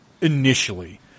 initially